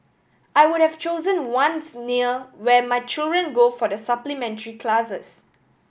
I would have chosen ones near where my children go for the supplementary classes